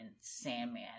Sandman